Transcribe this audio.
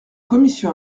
commission